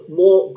more